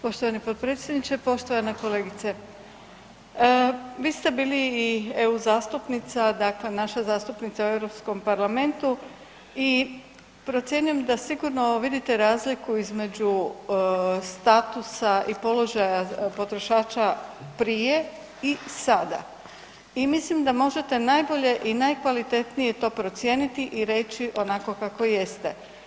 Poštovani potpredsjedniče, poštovana kolegice vi ste bili i EU zastupnica, dakle naša zastupnica u Europskom parlamentu i procjenjujem da sigurno vidite razliku između statusa i položaja potrošača prije i sada i mislim da možete najbolje i najkvalitetnije to procijeniti i reći onako kako jeste.